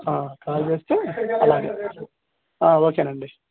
call చేస్తే అలాగే okay అండి